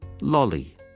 Lolly